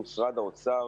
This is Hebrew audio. משרד האוצר